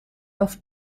auf